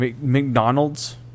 McDonald's